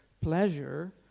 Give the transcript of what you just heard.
pleasure